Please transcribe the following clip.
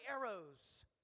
arrows